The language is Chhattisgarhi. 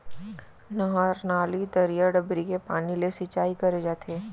नहर, नाली, तरिया, डबरी के पानी ले सिंचाई करे जाथे